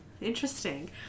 Interesting